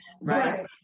Right